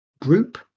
group